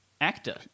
actor